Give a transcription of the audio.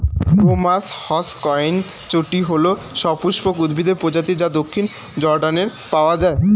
crocus হসকনেইচটি হল সপুষ্পক উদ্ভিদের প্রজাতি যা দক্ষিণ জর্ডানে পাওয়া য়ায়